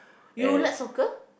you like soccer